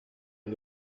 est